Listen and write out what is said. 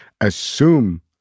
assume